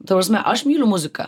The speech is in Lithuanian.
ta prasme aš myliu muziką